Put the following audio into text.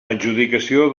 adjudicació